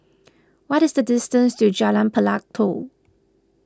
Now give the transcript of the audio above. what is the distance to Jalan Pelatok